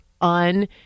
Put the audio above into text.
un